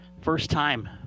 first-time